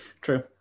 True